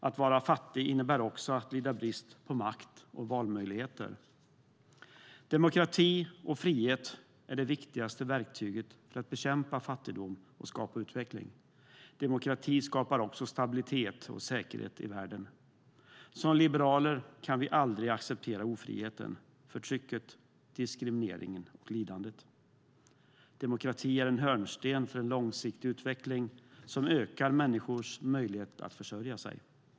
Att vara fattig innebär också att lida brist på makt och valmöjligheter. Demokrati och frihet är det viktigaste verktyget för att bekämpa fattigdom och skapa utveckling. Demokrati skapar också stabilitet och säkerhet i världen. Som liberaler kan vi aldrig acceptera ofriheten, förtrycket, diskrimineringen och lidandet. Demokrati är en hörnsten för en långsiktig utveckling som ökar människors möjlighet att försörja sig.